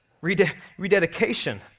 rededication